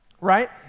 Right